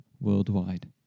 worldwide